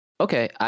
Okay